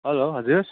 hello हजुर